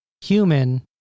human